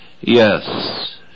Yes